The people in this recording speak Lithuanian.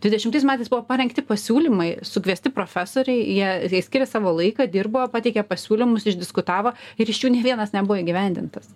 dvidešimtais metais buvo parengti pasiūlymai sukviesti profesoriai jie skyrė savo laiką dirbo pateikė pasiūlymus išdiskutavo ir iš jų nė vienas nebuvo įgyvendintas